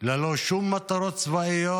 ללא שום מטרות צבאיות,